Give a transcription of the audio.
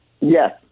Yes